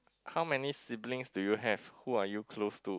how many siblings do you have who are you close to